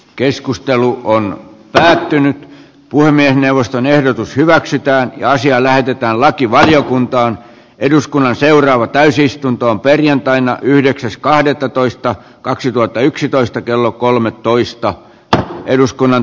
keskustelu on lähtenyt puhemiesneuvoston ehdotus tapauksen ja asia lähetetään lakivaliokuntaan eduskunnan seuraava täysistunto on perjantaina yhdeksäs kahdettatoista kaksituhattayksitoista kello kolmetoista p tilanteen mukaisesti